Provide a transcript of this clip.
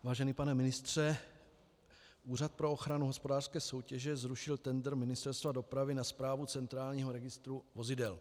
Vážený pane ministře, Úřad pro ochranu hospodářské soutěže zrušil tendr Ministerstva dopravy na správu centrálního registru vozidel.